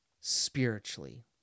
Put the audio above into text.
spiritually